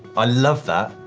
i love that.